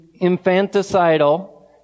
infanticidal